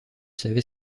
savais